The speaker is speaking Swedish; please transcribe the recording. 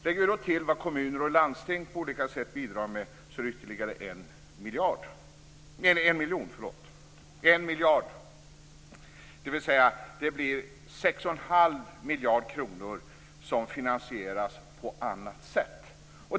Lägger vi då till vad kommuner och landsting på olika sätt bidrar med så är det ytterligare 1 miljard. Det blir alltså 6 1⁄2 miljarder kronor som finansieras på annat sätt.